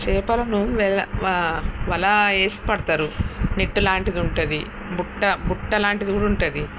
చేపలను వల వల వేసిపడుతారు నెట్ లాంటిది ఉంటుంది బుట్ట బుట్టలాంటిది కూడా ఉంటుంది